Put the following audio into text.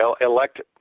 elect